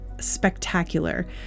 spectacular